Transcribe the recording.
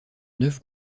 neuf